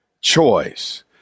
choice